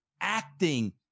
acting